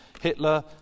Hitler